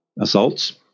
assaults